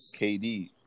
KD